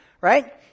right